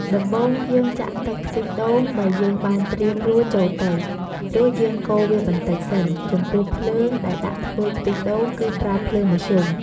ដំបូងយើងចាក់ទឹកខ្ទិះដូងដែលយើងបានត្រៀមរួចចូលទៅ រួចយើងកូរវាបន្តិចសិន ចំពោះភ្លើងដែលដាក់ធ្វើខ្ទិះដូងគឺប្រើភ្លើងមធ្យម។